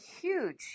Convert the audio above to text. huge